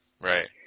right